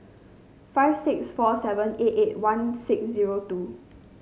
six five four seven eight eight one six zero two